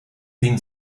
been